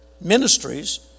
ministries